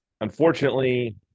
unfortunately